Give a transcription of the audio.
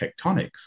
tectonics